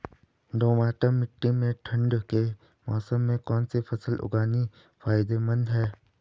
दोमट्ट मिट्टी में ठंड के मौसम में कौन सी फसल उगानी फायदेमंद है?